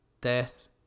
death